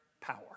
power